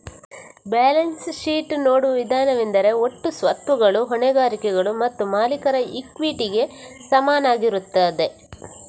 balance sheet ನೋಡುವ ವಿಧಾನವೆಂದರೆ ಒಟ್ಟು ಸ್ವತ್ತುಗಳು ಹೊಣೆಗಾರಿಕೆಗಳು ಮತ್ತು ಮಾಲೀಕರ ಇಕ್ವಿಟಿಗೆ ಸಮನಾಗಿರುತ್ತದೆ